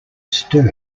stir